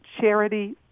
charity